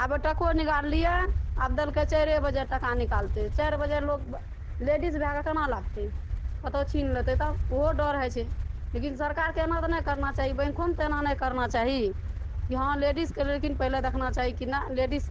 आब ओ टको निकाललियै आब देलकै चाइरे बजे टका निकालतै चारि बजे लोक लेडीज भए कऽ केना लागतै कतौ छीन लेतै तब ओहो डर होइ छै लेकिन सरकारके एना तऽ नहि करना चाही बैंकोमे तऽ एना नहि करना चाही कि हँ लेडीजके लेकिन पहिले देखना चाही कि ने लेडीज